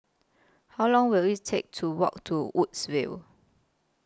How Long Will IT Take to Walk to Woodsville